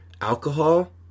alcohol